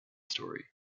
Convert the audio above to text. story